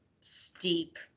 steep